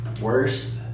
Worst